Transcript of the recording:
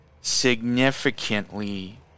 significantly